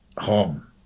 home